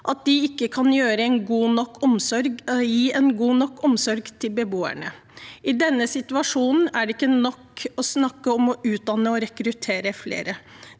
at de ikke kan gi god nok omsorg til beboerne. I denne situasjonen er det ikke nok å snakke om å utdanne og rekruttere flere.